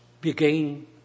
begin